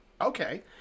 Okay